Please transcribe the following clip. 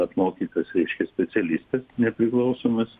apmokytas reiškia specialistas nepriklausomas